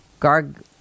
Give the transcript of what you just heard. Garg